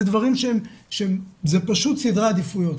זה דברים שהם פשוט סדרי עדיפויות,